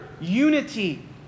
unity